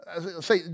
Say